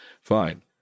fine